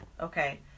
Okay